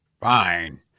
Fine